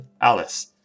Alice